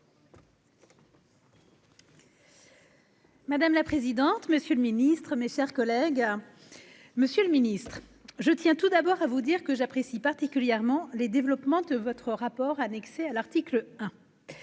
Madame la présidente, monsieur le Ministre, mes chers collègues, Monsieur le Ministre, je tiens tout d'abord à vous dire que j'apprécie particulièrement les développements de votre rapport annexé à l'article 1